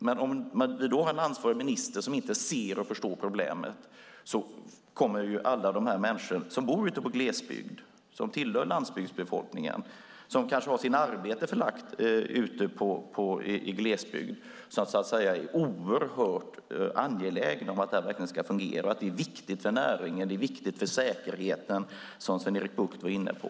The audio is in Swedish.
Men om vi då har en ansvarig minister som inte ser och förstår problemet kommer alla de människor som bor i glesbygden och tillhör landsbygdsbefolkningen och kanske har sitt arbete förlagt ute i glesbygd i kläm. De är oerhört angelägna om att detta ska fungera. Det är viktigt för näringen och viktigt för säkerheten, som Sven-Erik Bucht var inne på.